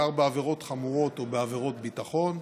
בעיקר בעבירות חמורות ובעבירות ביטחון,